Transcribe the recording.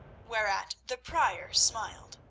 whereat the prior smiled.